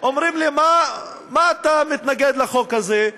אומרים לי: מה אתה מתנגד לחוק הזה?